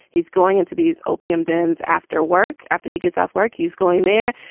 he's going into these opium dens after work, after he gets off work. he's going there,